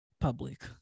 public